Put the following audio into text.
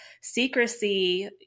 secrecy